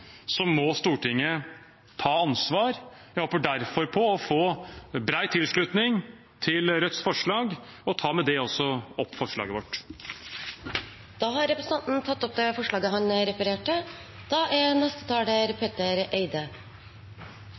må Stortinget ta ansvar. Jeg håper derfor på å få bred tilslutning til Rødts forslag og tar med det også opp forslaget vårt. Representanten Bjørnar Moxnes har tatt opp det forslaget han refererte til.